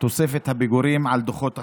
תוספת הפיגורים על דוחות החניה.